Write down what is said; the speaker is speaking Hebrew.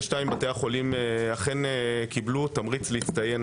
החולים אכן קיבלו תמריץ להצטיין